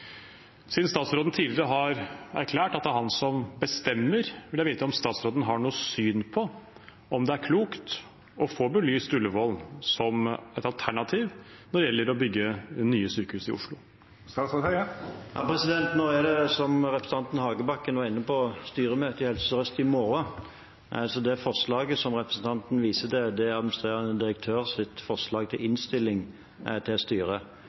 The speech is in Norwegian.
Siden statsråden tidligere har erklært at det er han som bestemmer, vil jeg vite om statsråden har noe syn på om det er klokt å få belyst Ullevål som et alternativ når det gjelder å bygge nye sykehus i Oslo. Det er som representanten Hagebakken var inne på, styremøte i Helse Sør-Øst i morgen, så det forslaget representanten viser til, er administrerende direktørs forslag til innstilling til styret.